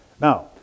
Now